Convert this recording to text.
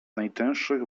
najtęższych